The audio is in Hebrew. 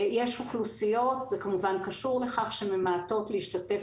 יש אוכלוסיות זה כמובן קשור לכך שממעטות להשתתף